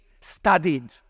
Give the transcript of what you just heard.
studied